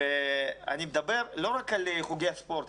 אני מדבר לא רק על חוגי הספורט.